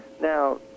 Now